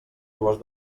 dues